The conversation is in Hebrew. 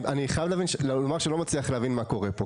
יש משהו שאני לא מצליח להבין מה קורה פה.